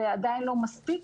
זה עדיין לא מספיק,